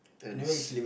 and